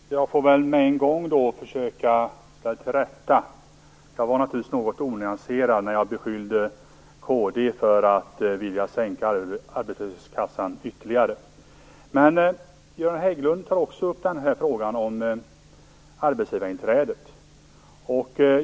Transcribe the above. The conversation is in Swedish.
Fru talman! Jag vill med en gång göra ett tillrättaläggande. Jag var naturligtvis onyanserad när jag beskyllde kristdemokraterna för att ytterligare vilja sänka nivån i arbetslöshetskassan. Göran Hägglund tog också upp frågan om arbetsgivarinträdet.